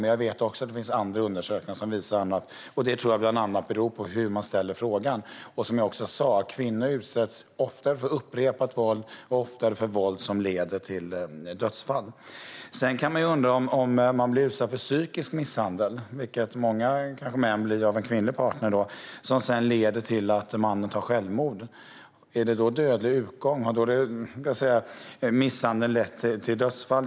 Men jag vet att det också finns andra undersökningar som visar annat, och jag tror att det bland annat beror på hur man ställer frågan. Som jag sa utsätts kvinnor oftare för upprepat våld och oftare för våld som leder till dödsfall. Sedan kan man undra: Om man blir utsatt för psykisk misshandel, vilket kanske många män blir av en kvinnlig partner, som sedan leder till att man begår självmord, har då misshandeln lett till dödsfall?